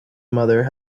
mother